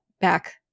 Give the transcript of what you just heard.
back